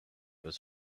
was